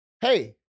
hey